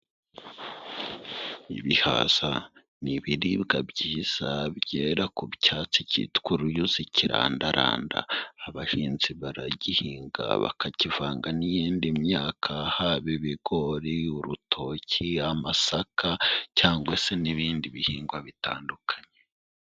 Ibihaza ni ibiribwa byiza byera ku cyatsi cyitwa uruyuzi kirandaranda, abahinzi baragihinga bakakivanga n'iyindi myaka haba ibigori, urutoki, amasaka, cyangwa se n'ibindi bihingwa bitandukanye.